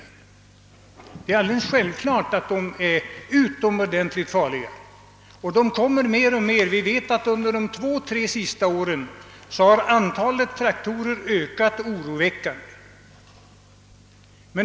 Det är alldeles självklart att traktorerna är utomordentligt farliga. De blir dess utom allt vanligare. Under de två, tre senaste åren har antalet traktorer ökat oroväckande.